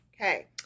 Okay